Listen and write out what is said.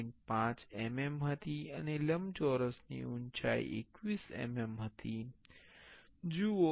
5 mm હતી અને લંબચોરસની ઉંચાઈ 21 mm હતી